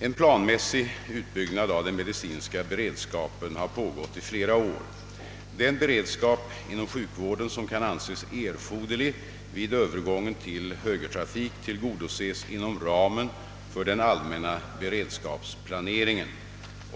En planmässig utbyggnad av den medicinska beredskapen har pågått i flera år. Den beredskap inom sjukvården som kan anses erforderlig vid övergången till högertrafik tillgodoses inom ramen för den allmänna beredskapsplane ringen.